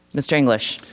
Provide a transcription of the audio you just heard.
mr. english.